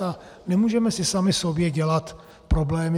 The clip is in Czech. A nemůžeme si sami sobě dělat problémy.